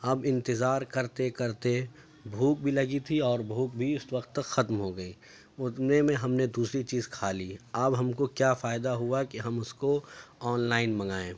اب انتظار کرتے کرتے بھوک بھی لگی تھی اور بھوک بھی اس وقت تک ختم ہو گئی اتنے میں ہم نے دوسری چیز کھا لی اب ہم کو کیا فائدہ ہوا کہ ہم اس کو آن لائن منگائیں